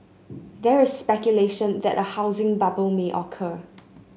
there is speculation that a housing bubble may occur